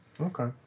Okay